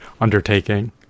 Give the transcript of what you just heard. undertaking